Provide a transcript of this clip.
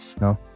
No